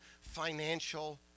financial